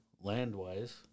land-wise